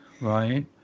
Right